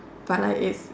but like it's